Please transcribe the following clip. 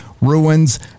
ruins